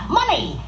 Money